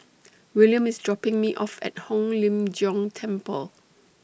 Willam IS dropping Me off At Hong Lim Jiong Temple